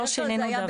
לא שינינו שום דבר.